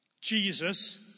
Jesus